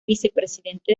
vicepresidente